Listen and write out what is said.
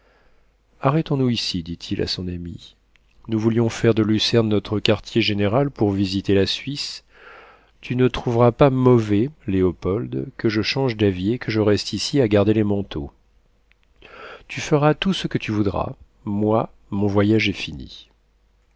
arrêtons-nous ici dit-il à son ami nous voulions faire de lucerne notre quartier-général pour visiter la suisse tu ne trouveras pas mauvais léopold que je change d'avis et que je reste ici à garder les manteaux tu feras donc tout ce que tu voudras moi mon voyage est fini